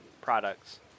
products